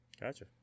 Gotcha